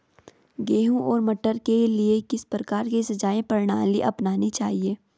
गेहूँ और मटर के लिए किस प्रकार की सिंचाई प्रणाली अपनानी चाहिये?